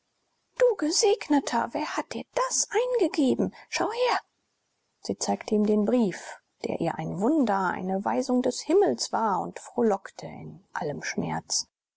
du gesegneter wer hat dir das eingegeben schau her sie zeigte ihm den brief der ihr ein wunder eine weisung des himmels war und frohlockte in allem schmerz